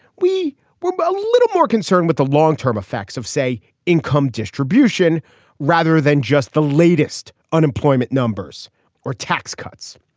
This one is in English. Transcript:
we were a little more concerned with the long term effects of say income distribution rather than just the latest unemployment numbers or tax cuts.